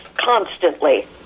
Constantly